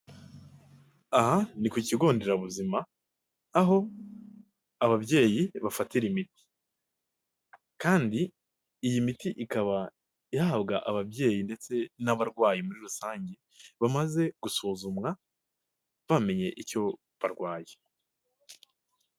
Aha ni ku kigo nderabuzima aho ababyeyi bafatira imiti kandi iyi miti ikaba yahabwa ababyeyi ndetse n'abarwayi muri rusange bamaze gusuzumwa bamenye icyo barwaye.